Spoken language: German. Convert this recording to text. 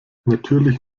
natürlich